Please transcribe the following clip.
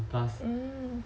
mm